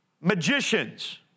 magicians